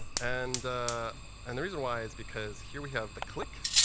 and and the reason why is because here we have the click,